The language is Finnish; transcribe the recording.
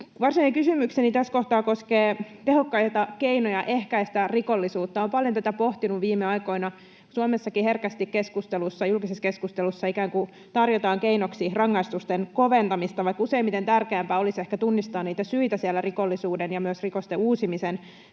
varsinainen kysymykseni tässä kohtaa koskee tehokkaita keinoja ehkäistä rikollisuutta. Olen paljon tätä pohtinut viime aikoina. Suomessakin herkästi keskustelussa, julkisessa keskustelussa, ikään kuin tarjotaan keinoksi rangaistusten koventamista, vaikka useimmiten tärkeämpää olisi ehkä tunnistaa niitä syitä siellä rikollisuuden ja myös rikosten uusimisen